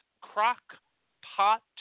Crock-Pot